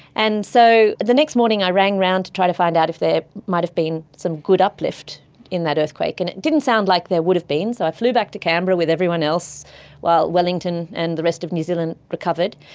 and so the next morning i rang around to try to find out if there might have been some good uplift in that earthquake, and it didn't sound like there would have been. so i flew back to canberra with everyone else while wellington and the rest of new zealand recovered.